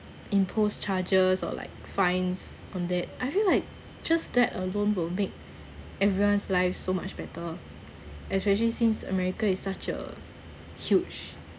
impose charges or like fines on that I feel like just that alone will make everyone's lives so much better especially since america is such a huge